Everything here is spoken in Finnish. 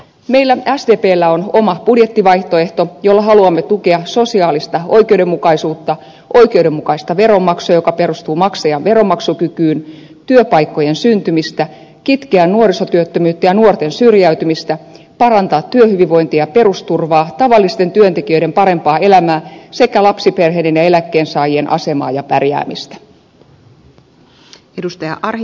meillä sdpllä on oma budjettivaihtoehto jolla haluamme tukea sosiaalista oikeudenmukaisuutta oikeudenmukaista veronmaksua joka perustuu maksajan veronmaksukykyyn työpaikkojen syntymistä jolla haluamme kitkeä nuorisotyöttömyyttä ja estää nuorten syrjäytymistä jolla haluamme parantaa työhyvinvointia ja perusturvaa tavallisten työntekijöiden parempaa elämää sekä lapsiperheiden ja eläkkeensaajien asemaa ja pärjäämistä